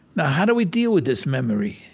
now how do we deal with this memory?